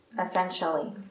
essentially